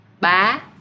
Ba